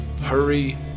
Hurry